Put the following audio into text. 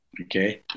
okay